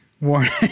Warning